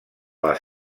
les